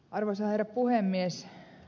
arvoisa herra puhemies